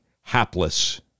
hapless